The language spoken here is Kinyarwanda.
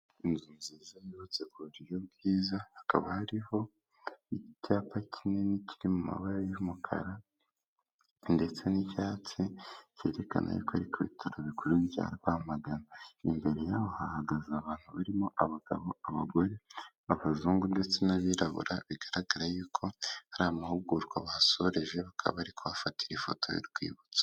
Uburyo bwiza hakaba hariho icyapa kinini kiri mu mabara y'umukara ndetse n'icyatsi cyerekana ko ari ku bitaro bikuru bya Rwamagana imbere hahagaze abantu barimo abagabo n'abagore b'abazungu ndetse n'abirabura bigaragara y'uko hari amahugurwa bahasoreje bakaba barigufara ifoto y'urwibutso.